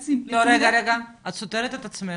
רגע, את סותרת את עצמך.